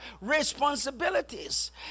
Responsibilities